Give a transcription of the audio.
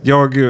Jag